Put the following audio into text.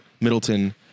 Middleton